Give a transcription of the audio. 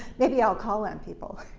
maybe i'll call on people.